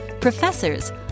professors